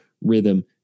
rhythm